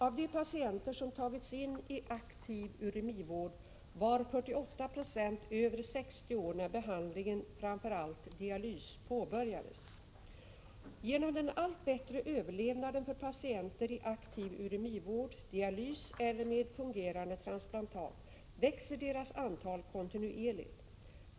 Av de patienter som togs in i aktiv uremivård var 48 96 över 60 år när behandlingen — framför allt dialys — påbörjades. Genom den allt bättre överlevnaden för patienter i aktiv uremivård — dialys eller med fungerande transplantat — växer deras antal Kontinuerligt.